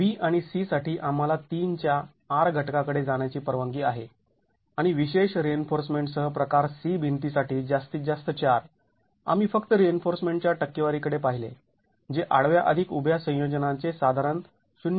B आणि C साठी आंम्हाला ३ च्या R घटकाकडे जाण्याची परवानगी आहे आणि विषेश रिइन्फोर्समेंटसह प्रकार C भिंतीसाठी जास्तीत जास्त ४ आम्ही फक्त रिइन्फोर्समेंट च्या टक्केवारी कडे पाहिले जे आडव्या अधिक उभ्या संयोजनाचे साधारण ०